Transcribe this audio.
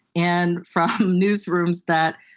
and from newsrooms that